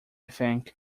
think